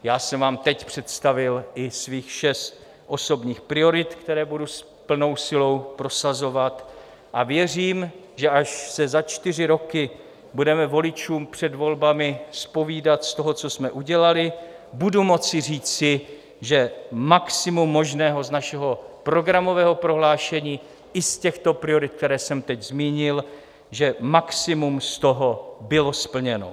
Já jsem vám teď představil i svých šest osobních priorit, která budu s plnou silou prosazovat, a věřím, že až se za čtyři roky se budeme voličům před volbami zpovídat z toho, co jsme udělali, budu moci říci, že maximum možného z našeho programového prohlášení i z těchto priorit, které jsem teď zmínil, že maximum z toho bylo splněno.